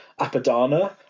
Apadana